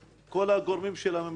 כל הגורמים של הממלכה